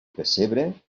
pessebre